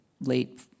late